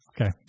Okay